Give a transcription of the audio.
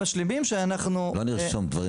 לא נרשום דברים